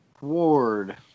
Ward